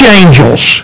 angels